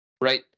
right